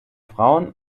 frauen